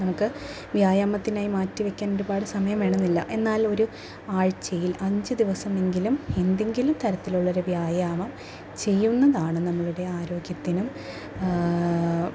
നമുക്ക് വ്യായാമത്തിനായി മാറ്റി വെക്കാൻ ഒരുപാട് സമയം വേണമെന്നില്ല എന്നാലും ഒരു ആഴ്ചയിൽ അഞ്ച് ദിവസമെങ്കിലും എന്തെങ്കിലും തരത്തിലുള്ളൊരു വ്യായാമം ചെയ്യുന്നതാണ് നമ്മളുടെ ആരോഗ്യത്തിനും